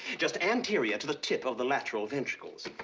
just anterior to the tip of the lateral ventricles.